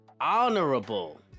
honorable